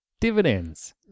dividends